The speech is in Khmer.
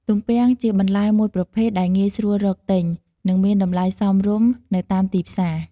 ទំពាំងជាបន្លែមួយប្រភេទដែលងាយស្រួលរកទិញ និងមានតម្លៃសមរម្យនៅតាមទីផ្សារ។